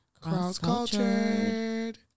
cross-cultured